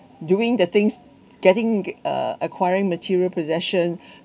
doing the things getting uh acquiring material possession